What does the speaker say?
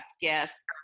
guests